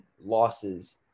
losses